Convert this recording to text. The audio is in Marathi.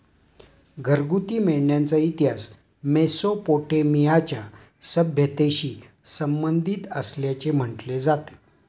घरगुती मेंढ्यांचा इतिहास मेसोपोटेमियाच्या सभ्यतेशी संबंधित असल्याचे म्हटले जाते